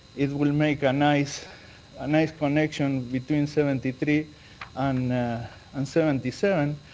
it will make a nice ah nice connection between seventy three and and seventy seven.